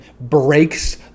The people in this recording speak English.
breaks